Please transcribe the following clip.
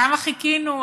כמה חיכינו,